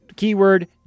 Keyword